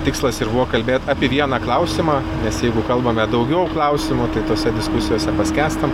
tikslas ir buvo kalbėt apie vieną klausimą nes jeigu kalbame daugiau klausimų tai tose diskusijose paskęstam